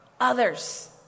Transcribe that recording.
others